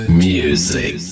music